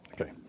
okay